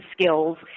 skills